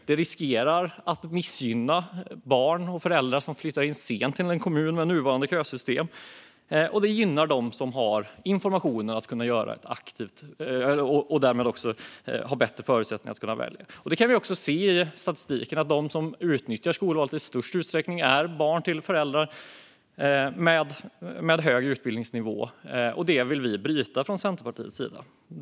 Det riskerar att missgynna barn och föräldrar som flyttar in sent till en kommun med nuvarande kösystem, och det gynnar dem som har information att kunna göra ett aktivt val och därmed också har bättre förutsättningar för att välja. Det kan vi också se i statistiken: De som utnyttjar skolvalet i störst utsträckning är barn till föräldrar med högre utbildningsnivå. Detta vill vi bryta från Centerpartiets sida.